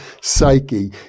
psyche